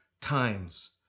times